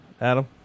Adam